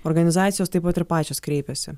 organizacijos taip pat ir pačios kreipiasi